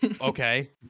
Okay